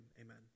Amen